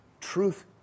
truth